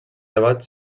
debat